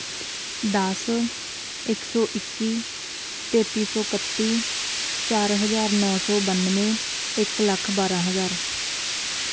ਦਸ ਇੱਕ ਸੌ ਇੱਕੀ ਤੇਤੀ ਸੌ ਇਕੱਤੀ ਚਾਰ ਹਜ਼ਾਰ ਨੌਂ ਸੌ ਬਾਨਵੇਂ ਇੱਕ ਲੱਖ ਬਾਰਾਂ ਹਜ਼ਾਰ